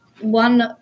one